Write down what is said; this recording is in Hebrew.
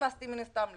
נכנסתי מן הסתם לסטרס,